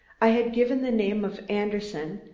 i had given the name of anderson,